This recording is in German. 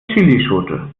chillischote